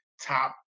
top